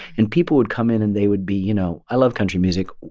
and people would come in. and they would be, you know, i love country music,